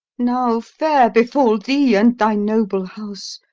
now fair befall thee and thy noble house!